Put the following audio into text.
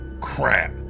Crap